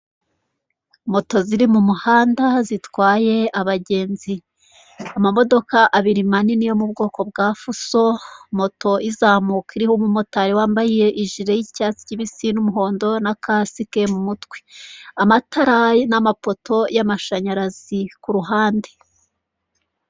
Moto ziri mumuhanda zitwaye abagenzi amamodoka abiri manini yo mu bwoko bwa fuso moto izamuka iriho umumotari wambaye, ijiri y'icyatsi kibisi n'umuhondo na kasike mu mutwe, amatarari n'amapoto y'amashanyarazi kuruhande.